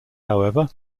however